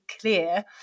clear